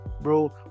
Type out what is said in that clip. bro